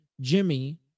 Jimmy